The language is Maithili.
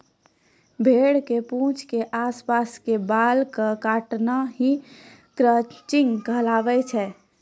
भेड़ के पूंछ के आस पास के बाल कॅ काटना हीं क्रचिंग कहलाय छै